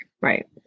right